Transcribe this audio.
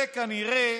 זה כנראה